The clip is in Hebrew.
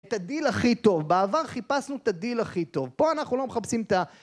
את הדיל הכי טוב, בעבר חיפשנו את הדיל הכי טוב פה אנחנו לא מחפשים את ה...